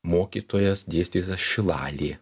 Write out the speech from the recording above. mokytojas dėstytojas šilalė